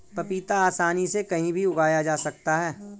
पपीता आसानी से कहीं भी उगाया जा सकता है